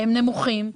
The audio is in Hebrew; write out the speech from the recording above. נמוכים.